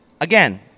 Again